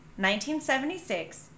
1976